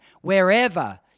wherever